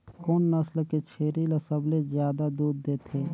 कोन नस्ल के छेरी ल सबले ज्यादा दूध देथे?